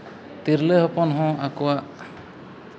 ᱛᱤᱨᱞᱟᱹ ᱦᱚᱯᱚᱱ ᱦᱚᱸ ᱟᱠᱚᱣᱟᱜ